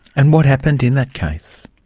and what happened in that case?